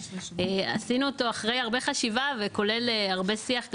שעשינו אותו אחרי הרבה חשיבה והרבה שיח,